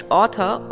author